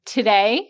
Today